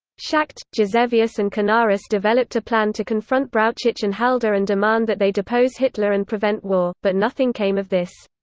schacht, gisevius and canaris developed a plan to confront brauchitsch and halder and demand that they depose hitler and prevent war, but nothing came of this.